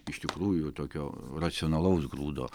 iš tikrųjų tokio racionalaus grūdo